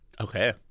Okay